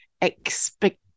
expect